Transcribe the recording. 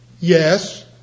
Yes